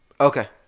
Okay